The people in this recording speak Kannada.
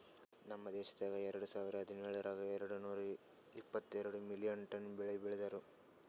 ನಮ್ ದೇಶದಾಗ್ ಎರಡು ಸಾವಿರ ಹದಿನೇಳರೊಳಗ್ ಎರಡು ನೂರಾ ಎಪ್ಪತ್ತೆರಡು ಮಿಲಿಯನ್ ಟನ್ ಬೆಳಿ ಬೆ ಳದಾರ್